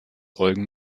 eugen